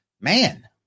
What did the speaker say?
Man